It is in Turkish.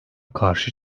karşı